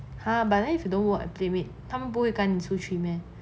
!huh! but then if you don't work at playmade 他们不会赶你出去 meh